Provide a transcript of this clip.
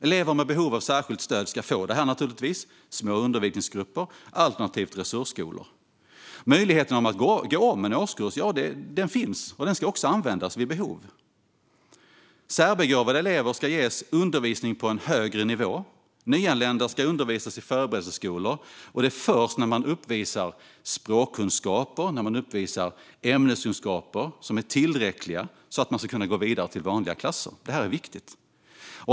Elever med behov av särskilt stöd ska naturligtvis få det, i form av små undervisningsgrupper alternativt resursskolor. Möjligheten att gå om en årskurs finns och ska användas vid behov. Särbegåvade elever ska ges undervisning på högre nivå. Nyanlända ska undervisas i förberedelseskolor, och det är först när man uppvisar tillräckliga språkkunskaper och ämneskunskaper som man ska kunna gå vidare till vanliga klasser. Det här är viktigt.